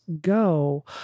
Go